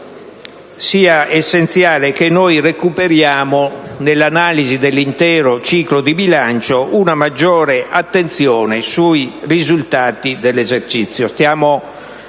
sia essenziale recuperare, nell'analisi dell'intero ciclo di bilancio, una maggiore attenzione sui risultati dell'esercizio.